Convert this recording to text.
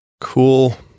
Cool